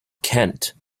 kent